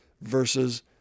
versus